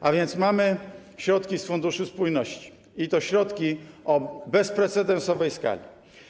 Mamy więc środki z Funduszu Spójności, i to środki o bezprecedensowej skali.